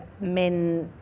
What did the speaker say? men